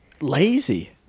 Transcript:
lazy